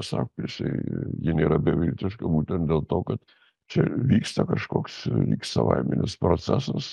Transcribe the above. sako jisai ji nėra beviltiška būtent dėl to kad čia vyksta kažkoks lyg savaiminis procesas